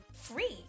free